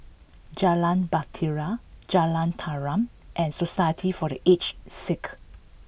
Jalan Bahtera Jalan Tarum and Society for the Aged Sick